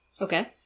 Okay